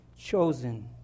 chosen